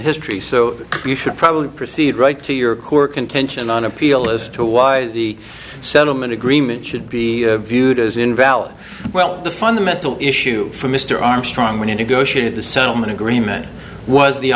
history so you should probably proceed right to your core contention on appeal as to why the settlement agreement should be viewed as invalid well the fundamental issue for mr armstrong when you negotiated the settlement agreement was the